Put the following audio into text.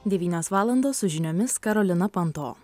devynios valandos su žiniomis karolina panto